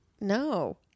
No